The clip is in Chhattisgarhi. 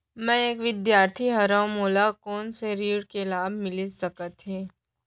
मैं एक विद्यार्थी हरव, मोला कोन से ऋण के लाभ मिलिस सकत हे?